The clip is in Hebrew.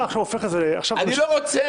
אני לא רוצה.